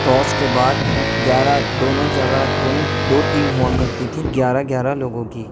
toss کے بعد گیارہ دونوں جگہ دو ٹیم ہوا کرتی تھیں گیارہ گیارہ لوگوں کی